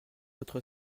votre